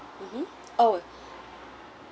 mmhmm oh